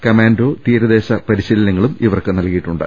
commando തീരദേശ പരിശ്രീലനങ്ങളും ഇവർക്ക് നൽകി യിട്ടുണ്ട്